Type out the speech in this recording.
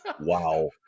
Wow